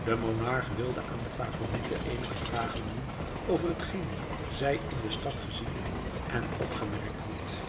de monarch wilde aan de favorite eenige vragen doen over hetgeen zij in de stad gezien en opgemerkt had